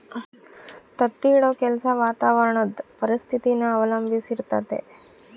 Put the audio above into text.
ತತ್ತಿ ಇಡೋ ಕೆಲ್ಸ ವಾತಾವರಣುದ್ ಪರಿಸ್ಥಿತಿನ ಅವಲಂಬಿಸಿರ್ತತೆ